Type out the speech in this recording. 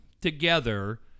together